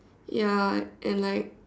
ya and like